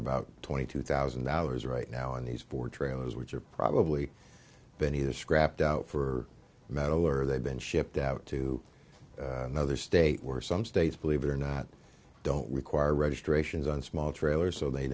about twenty two thousand dollars right now in these four trailers which are probably many of the scrapped out for metal or they've been shipped out to another state where some states believe it or not don't require registrations on small trailer so they